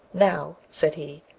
now, said he,